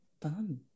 Done